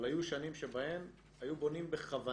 אבל היו שנים שבהן היו בונים בכוונה